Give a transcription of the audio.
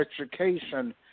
education